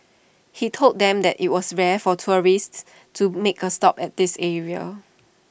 he told them that IT was rare for tourists to make A stop at this area